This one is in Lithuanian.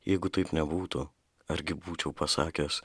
jeigu taip nebūtų argi būčiau pasakęs